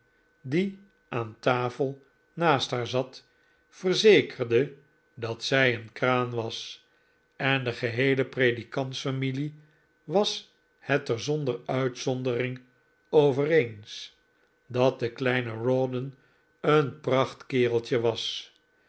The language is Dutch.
die aan tafel naast haar zat verzekerde dat zij een kraan was en de geheele predikantsfamilie was het er zonder uitzondering over eens dat de kleine rawdon een prachtkereltje was